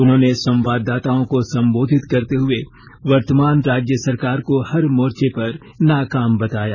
उन्होंने संवाददाताओं को संबोधित करते हुए वर्तमान राज्य सरकार को हर मोर्चे पर नाकाम बताया